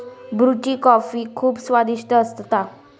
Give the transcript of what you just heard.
ब्रुची कॉफी खुप स्वादिष्ट असता